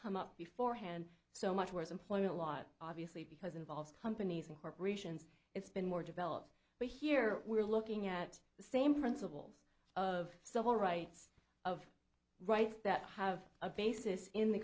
come up before hand so much worse employment law obviously because involves companies and corporations it's been more developed but here we're looking at the same principles of civil rights of rights that have a basis in the